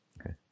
Okay